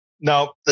now